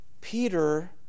Peter